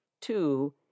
Two